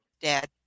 dad